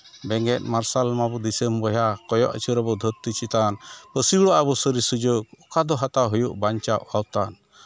ᱵᱮᱸᱜᱮᱫ ᱢᱟᱨᱥᱟᱞ ᱢᱟᱵᱚᱱ ᱫᱤᱥᱚᱢ ᱵᱚᱭᱦᱟ ᱠᱚᱭᱚᱜ ᱟᱹᱪᱩᱨ ᱟᱵᱚᱱ ᱫᱷᱟᱹᱨᱛᱤ ᱪᱮᱛᱟᱱ ᱯᱟᱹᱥᱩᱲᱚᱜᱼᱟ ᱵᱚᱱ ᱥᱟᱹᱨᱤ ᱥᱩᱡᱳᱜᱽ ᱚᱠᱟᱫᱚ ᱦᱟᱛᱟᱣ ᱵᱟᱧᱪᱟᱜ ᱵᱟᱧᱪᱟᱜ ᱟᱣᱛᱟᱱ